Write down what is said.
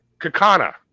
Kakana